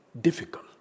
difficult